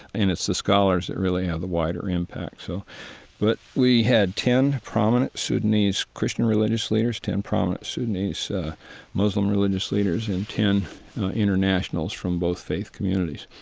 and it's the scholars that really have the wider impact. so but we had ten prominent sudanese christian religious leaders, ten prominent sudanese muslim religious leaders, and ten internationals from both faith communities.